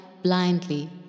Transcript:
blindly